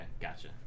Gotcha